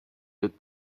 lit